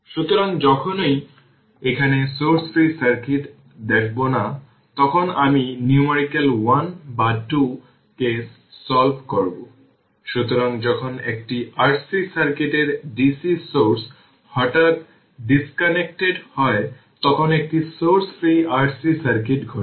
সুতরাং যখনই এখানে সোর্স ফ্রি সার্কিট দেখব না তখন আমি নিউমারিকেল 1 বা 2 কেস সল্ভ করব সুতরাং যখন একটি RC সার্কিটের dc সোর্স হঠাৎ ডিসকানেক্টেড হয় তখন একটি সোর্স ফ্রি RC সার্কিট ঘটে